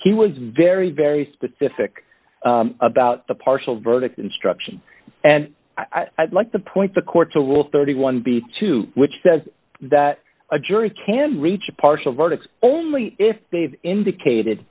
he was very very specific about the partial verdict instruction and i'd like to point the court to rule thirty one b two which says that a jury can reach a partial verdict only if they've indicated